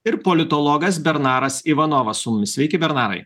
ir politologas bernaras ivanovas su mumis sveiki bernarai